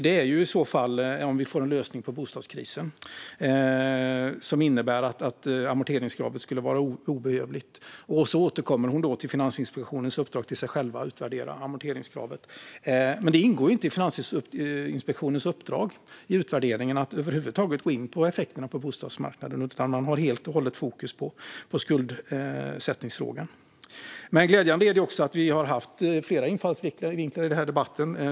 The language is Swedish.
Det är i så fall om vi får en lösning på bostadskrisen som innebär att amorteringskravet skulle vara obehövligt. Sedan återkommer hon till Finansinspektionens uppdrag till sig själv att utvärdera amorteringskravet. Men det ingår inte i Finansinspektionens uppdrag i utvärderingen att över huvud taget gå in på effekterna på bostadsmarknaden. Man har helt och hållet fokus på skuldsättningsfrågan. Det är glädjande att vi har haft flera infallsvinklar i denna debatt.